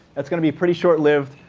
that's going to be pretty short lived.